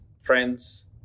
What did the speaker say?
friends